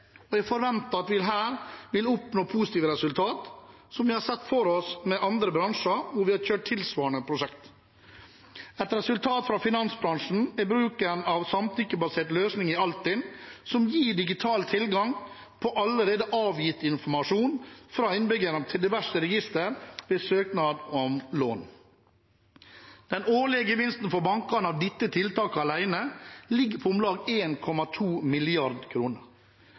og jeg forventer at vi her vil oppnå positive resultat, som vi har sett for oss i andre bransjer hvor vi har kjørt tilsvarende prosjekt. Et resultat fra finansbransjen er bruken av samtykkebaserte løsninger i Altinn, som gir digital tilgang til allerede avgitt informasjon fra innbyggerne til diverse register ved søknad om lån. Den årlige gevinsten for bankene av dette tiltaket alene ligger på om lag 1,2 mrd. kr. Interpellanten etterlyser en